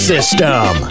System